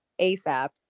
ASAP